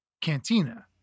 cantina